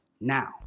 now